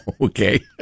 Okay